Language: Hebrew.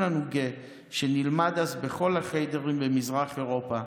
הנוגה שנלמד אז בכל החיידרים במזרח אירופה,